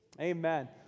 Amen